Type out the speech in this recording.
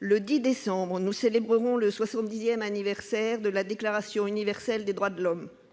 Le 10 décembre, nous célébrerons le soixante-dixième anniversaire de la Déclaration universelle des droits de l'homme